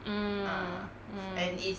mm mm